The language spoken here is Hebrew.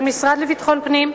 של המשרד לביטחון פנים.